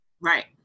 Right